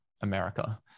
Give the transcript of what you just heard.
America